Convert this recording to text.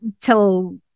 till